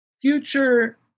future